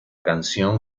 canción